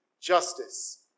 justice